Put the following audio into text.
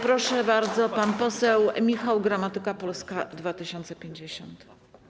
Proszę bardzo, pan poseł Michał Gramatyka, Polska 2050.